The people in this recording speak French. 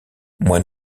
moi